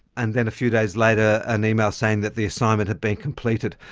and then a few days later an email saying that the assignment had been completed.